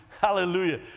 hallelujah